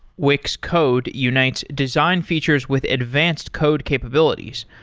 wix code unites design features with advanced code capabilities,